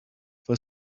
for